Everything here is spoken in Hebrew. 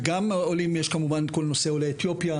וגם יש כמובן את עולי אתיופיה,